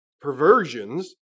perversions